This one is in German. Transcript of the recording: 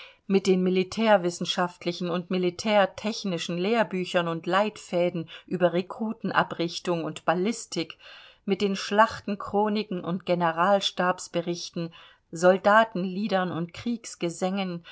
mit den militärwissenschaftlichen und militärtechnischen lehrbüchern und leitfäden über rekrutenabrichtung und ballistik mit den schlachtenchroniken und generalstabsberichten soldatenliedern und